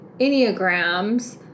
Enneagrams